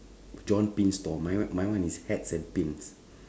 john pin store my one my one is hats and pins